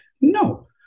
No